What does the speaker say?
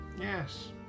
yes